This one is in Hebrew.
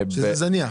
שזה זניח.